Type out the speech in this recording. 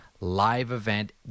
live-event